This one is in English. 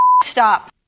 stop